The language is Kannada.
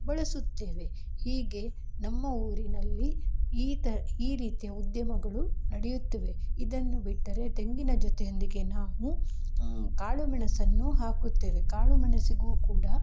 ಬಳಸುತ್ತೇವೆ ಹೀಗೆ ನಮ್ಮ ಊರಿನಲ್ಲಿ ಈ ಥರ ಈ ರೀತಿಯ ಉದ್ಯಮಗಳು ನಡೆಯುತ್ತಿವೆ ಇದನ್ನು ಬಿಟ್ಟರೆ ತೆಂಗಿನ ಜೊತೆಯೊಂದಿಗೆ ನಾವು ಕಾಳು ಮೆಣಸನ್ನೂ ಹಾಕುತ್ತೇವೆ ಕಾಳು ಮೆಣಸಿಗೂ ಕೂಡ